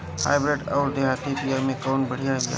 Hybrid अउर देहाती बिया मे कउन बढ़िया बिया होखेला?